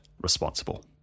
responsible